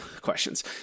questions